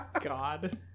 god